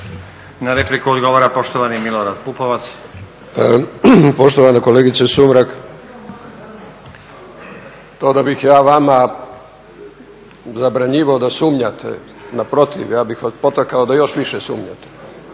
Na repliku odgovara poštovani Milorad Pupovac. **Pupovac, Milorad (SDSS)** Poštovana kolegice Sumrak to da bih ja vama zabranjivao da sumnjate, naprotiv, ja bih vas potakao da još više sumnjate.